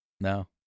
No